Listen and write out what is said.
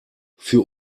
für